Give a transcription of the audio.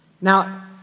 Now